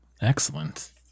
Excellent